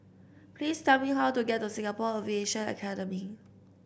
please tell me how to get to Singapore Aviation Academy